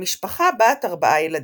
למשפחה בת ארבעה ילדים.